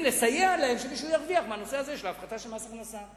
לסייע להם ירוויח מהנושא של הפחתה במס הכנסה.